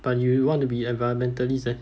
but you want to be environmentalist eh